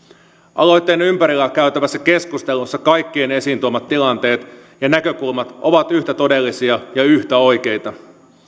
aloitteen ympärillä käytävässä keskustelussa kaikkien esiin tuomat tilanteet ja näkökulmat ovat yhtä todellisia ja yhtä oikeita